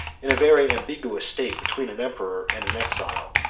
in a very ambiguous state, between an emperor and an exile,